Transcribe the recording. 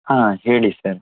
ಹಾಂ ಹೇಳಿ ಸರ್